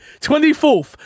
24th